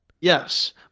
Yes